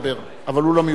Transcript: אבל הוא לא מיוצג בכנסת.